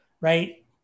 right